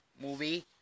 movie